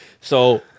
So-